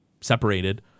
separated